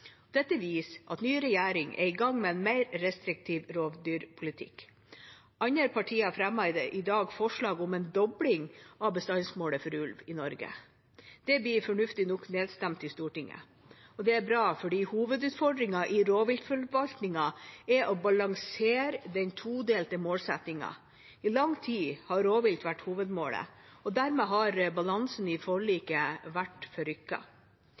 Dette viser at ny regjering er i gang med en mer restriktiv rovdyrpolitikk. Andre partier fremmer i dag forslag om en dobling av bestandsmålet for ulv i Norge. Det blir fornuftig nok nedstemt i Stortinget, og det er bra, for hovedutfordringen i rovviltforvaltningen er å balansere den todelte målsettingen. I lang tid har rovvilt vært hovedmålet, og dermed har balansen i forliket vært